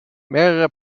mehrere